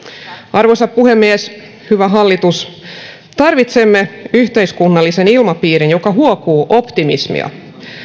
arvoisa puhemies hyvä hallitus tarvitsemme yhteiskunnallisen ilmapiirin joka huokuu optimismia